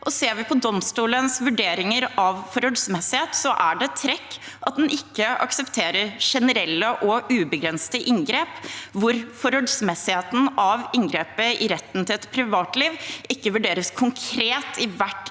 Ser vi på domstolens vurderinger av forholdsmessighet, er det et trekk at den ikke aksepterer generelle og ubegrensede inngrep hvor forholdsmessigheten av inngrepet i retten til et privatliv ikke vurderes konkret i hvert